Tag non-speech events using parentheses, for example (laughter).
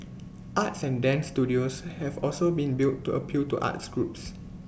(noise) arts and dance studios have also been built to appeal to arts groups